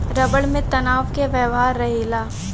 rubber में तनाव क व्यवहार रहेला